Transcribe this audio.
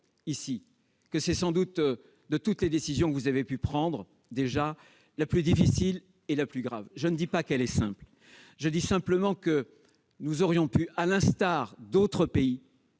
qu'il s'agit sans doute, de toutes les décisions que vous avez prises, de la plus difficile et de la plus grave. Je ne dis pas qu'elle est simple ; je dis seulement que nous aurions pu, à l'instar d'autres pays,